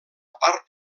part